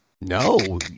No